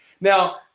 Now